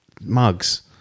mugs